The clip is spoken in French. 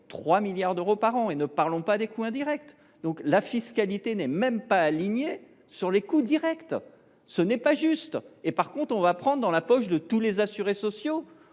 3 milliards d’euros par an. Et je ne parle pas des coûts indirects… La fiscalité n’est même pas alignée sur les coûts directs. Ce n’est pas juste ! En revanche, on va prendre dans la poche de tous les assurés sociaux